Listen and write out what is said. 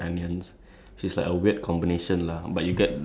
am very choosy with my um food